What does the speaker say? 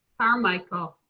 carmichael.